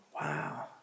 Wow